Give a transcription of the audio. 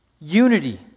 unity